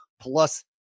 Plus